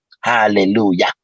hallelujah